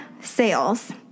sales